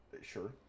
sure